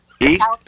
East